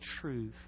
truth